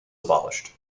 abolished